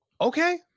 Okay